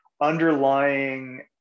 underlying